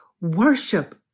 Worship